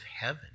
heaven